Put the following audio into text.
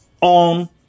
on